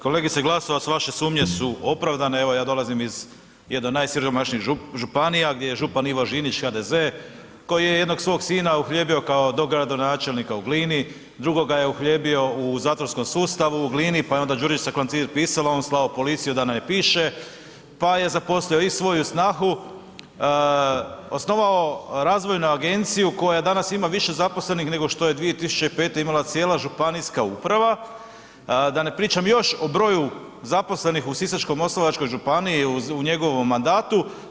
Kolegice Glasovac vaše sumnje su opravdane, evo ja dolazim iz jedne od najsiromašnijih županija, gdje je župan ivo Žinić HDZ, koji je jednog svog sina uhljebio kao dogradonačelnika u Glini, drugoga je uhljebio u zatvorskom sustavu u Glini pa je onda Đurđica Klancir pisala, on slao policiju da ne piše, pa je zaposlio i svoju snahu, osnovao razvojnu agenciju koja danas ima više zaposlenih nego što je 2005. imala cijela županijska uprava, da ne pričam još o broju zaposlenih u Sisačko-moslavačkoj županiji u njegovom mandatu.